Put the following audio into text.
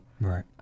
Right